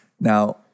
Now